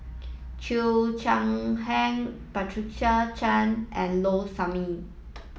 Cheo Chai Hiang Patricia Chan and Low Sanmay